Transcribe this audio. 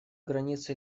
границы